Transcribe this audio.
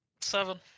seven